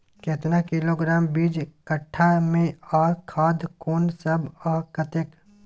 केतना किलोग्राम बीज कट्ठा मे आ खाद कोन सब आ कतेक?